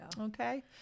Okay